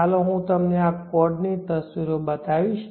ચાલો હું તમને આ કોર્ડ ની તસવીરો બતાવીશ